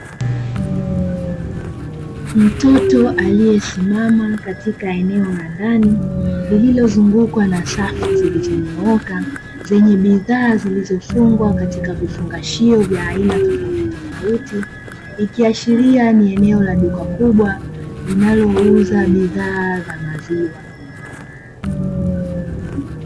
Mtoto aliyesimama katika eneo la ndani, lililozungukwa na safu zilizonyooka, zenye bidhaa zilizofungwa katika vifungashio vya aina tofautitofauti. Likiashiria ni eneo la duka kubwa linalouza bidhaa za maziwa.